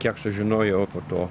kiek sužinojau po to